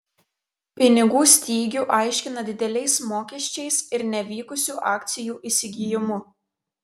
pinigų stygių aiškina dideliais mokesčiais ir nevykusiu akcijų įsigijimu